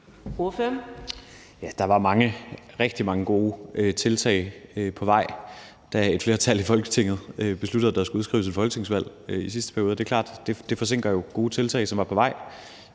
Der var rigtig mange gode tiltag på vej, da et flertal i Folketinget besluttede, at der skulle udskrives et folketingsvalg i sidste periode. Det er klart, at det forsinker gode tiltag, som var på vej,